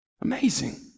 Amazing